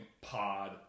pod